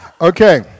Okay